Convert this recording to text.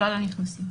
כלל הנכנסים.